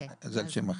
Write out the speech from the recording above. זה על שם אחי.